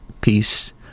peace